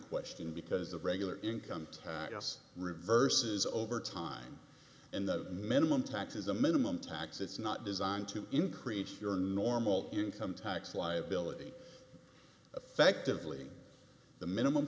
question because of regular income tax reverses over time and the minimum tax is a minimum tax it's not designed to increase your normal income tax liability affectively the minimum